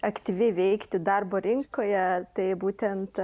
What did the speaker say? aktyviai veikti darbo rinkoje tai būtent